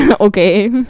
okay